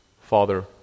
Father